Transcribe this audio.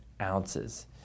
ounces